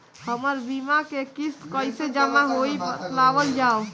हमर बीमा के किस्त कइसे जमा होई बतावल जाओ?